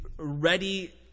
Ready